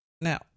Now